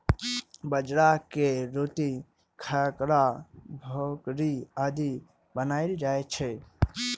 बाजरा के रोटी, खाखरा, भाकरी आदि बनाएल जाइ छै